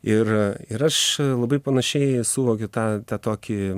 ir ir aš labai panašiai suvokiu tą tokį